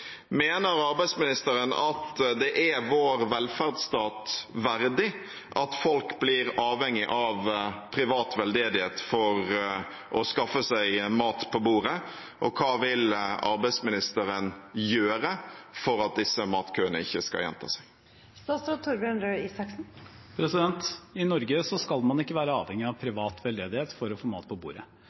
Mener arbeidsministeren at det er vår velferdsstat verdig at folk blir avhengig av privat veldedighet for å skaffe seg mat på bordet? Og hva vil arbeidsministeren gjøre for at disse matkøene ikke skal gjenta seg? I Norge skal man ikke være avhengig av privat veldedighet for å få mat på bordet.